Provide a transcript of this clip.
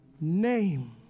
name